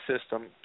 system